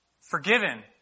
Forgiven